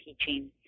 teaching